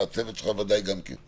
ובוודאי גם הצוות שלך.